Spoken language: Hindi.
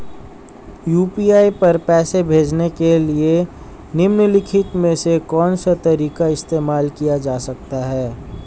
यू.पी.आई पर पैसे भेजने के लिए निम्नलिखित में से कौन सा तरीका इस्तेमाल किया जा सकता है?